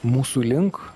mūsų link